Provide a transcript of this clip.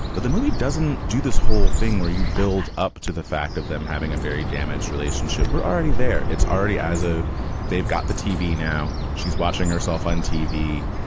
but the movie doesn't do this whole thing where you build up to the fact of them having a very damaged relationship are already there. it's already as though ah they've got the tv now. she's watching herself on tv.